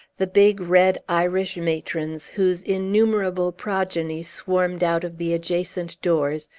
the big, red, irish matrons, whose innumerable progeny swarmed out of the adjacent doors,